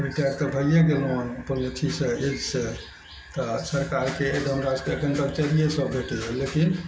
एक तऽ कटाइये गेलहुँ अपन अथीसँ हीथ सऽ तऽ सरकारके अछि हमरा सबके एखन तक चारिये सओ भेटइए लेकिन